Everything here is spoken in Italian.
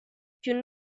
piú